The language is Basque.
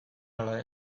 ala